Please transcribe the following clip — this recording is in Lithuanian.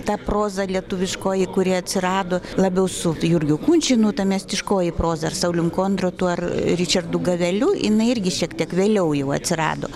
ta proza lietuviškoji kuri atsirado labiau su jurgiu kunčinu ta miestiškoji proza ar sauliumi kondrotu ar ričardu gaveliu jinai irgi šiek tiek vėliau jau atsirado